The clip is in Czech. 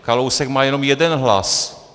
Kalousek má jenom jeden hlas.